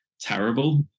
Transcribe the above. terrible